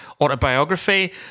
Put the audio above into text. autobiography